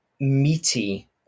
meaty